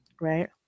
right